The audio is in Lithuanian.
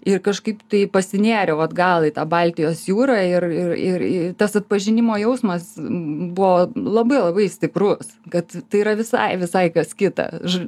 ir kažkaip taip pasinėriau atgal į tą baltijos jūrą ir ir ir ir tas atpažinimo jausmas buvo labai labai stiprus kad tai yra visai visai kas kita už